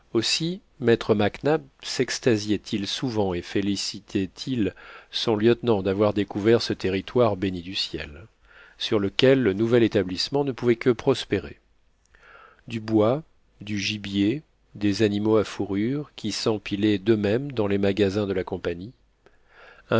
aussi maître mac nap sextasiait il souvent et félicitait il son lieutenant d'avoir découvert ce territoire béni du ciel sur lequel le nouvel établissement ne pouvait que prospérer du bois du gibier des animaux à fourrures qui s'empilaient d'eux-mêmes dans les magasins de la compagnie